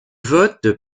vote